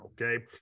okay